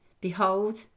Behold